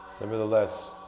Nevertheless